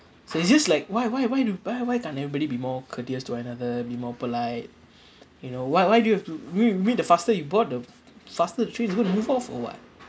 so it's just like why why why do why why can't everybody be more courteous to another be more polite you know why why do you have to weave the faster you board the faster the train is going to move off or what